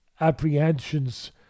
apprehensions